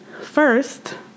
First